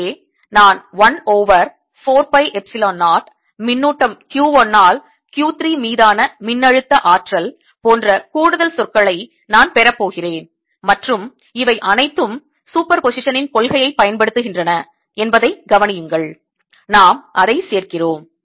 எனவே நான் 1 over 4 pi epsilon 0 மின்னூட்டம் Q 1ஆல் Q 3 மீதான மின்னழுத்த ஆற்றல் போன்ற கூடுதல் சொற்களை நான் பெறப் போகிறேன் மற்றும் இவை அனைத்தும் சூப்பர் பொசிஷனின் கொள்கையைப் பயன்படுத்துகின்றன என்பதைக் கவனியுங்கள் நாம் அதை சேர்கிறோம்